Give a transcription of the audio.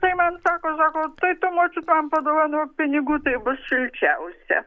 tai man sako sako tai tu močiut man padovanok pinigų tai bus šilčiausia